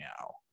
now